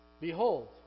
behold